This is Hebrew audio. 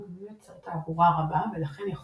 הוא גם לא יוצר תעבורה רבה ולכן יכול